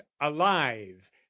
alive